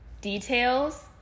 details